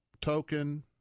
token